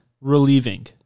relieving